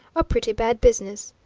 a pretty bad business.